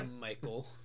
Michael